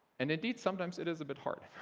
and indeed, sometimes it is a bit hard.